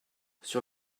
sur